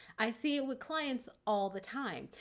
i see it with clients all the time.